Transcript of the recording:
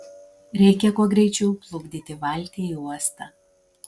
reikia kuo greičiau plukdyti valtį į uostą